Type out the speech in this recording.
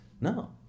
No